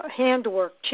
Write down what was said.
handwork